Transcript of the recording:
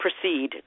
proceed